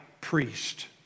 priest